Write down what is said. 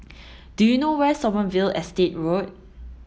do you know where is Sommerville Estate Road